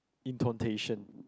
intontation